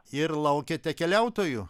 ir laukiate keliautojų